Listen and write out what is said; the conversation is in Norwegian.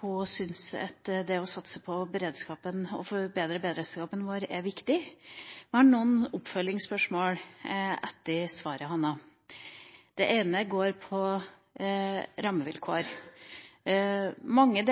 hun syns at det å satse på og å forbedre beredskapen vår er viktig. Jeg har noen oppfølgingsspørsmål etter svaret hennes. Det ene gjelder rammevilkår. Mange